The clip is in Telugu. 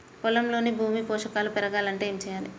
పొలంలోని భూమిలో పోషకాలు పెరగాలి అంటే ఏం చేయాలి?